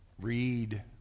read